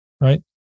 right